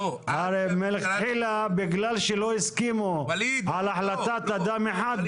הרי מלכתחילה בגלל שלא הסכימו על החלטת אדם אחד.